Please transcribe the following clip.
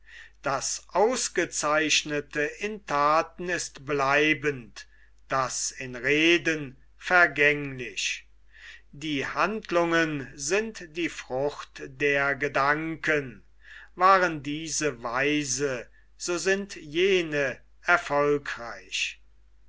das ausgezeichnete in thaten ist bleibend das in reden vergänglich die handlungen sind die frucht der gedanken waren diese weise so sind jene erfolgreich